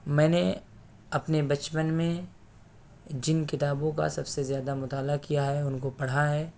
میں نے اپنے بچپن میں جن کتابوں کا سب سے زیادہ مطالعہ کیا ہے ان کو پڑھا ہے